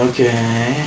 Okay